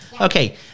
Okay